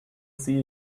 see